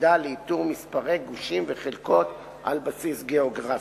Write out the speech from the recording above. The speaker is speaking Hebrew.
מידע לאיתור מספרי גושים וחלקות על בסיס גיאוגרפי,